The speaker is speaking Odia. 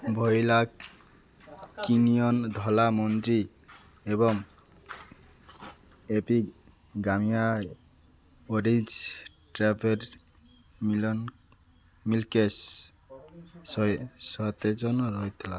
ଭୋଇଲା କ୍ୱିନୋଆ ଧଳା ମଞ୍ଜି ଏବଂ ଏପିଗାମିଆ ଓରିଜିନ୍ସ ଷ୍ଟ୍ରବେରୀ ମିଲ୍କ୍ଶେକ୍ ସହି ସତେଜ ନଥିଲା